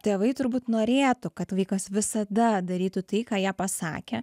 tėvai turbūt norėtų kad vaikas visada darytų tai ką jie pasakė